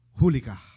hulika